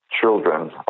children